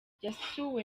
yasuwe